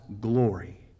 glory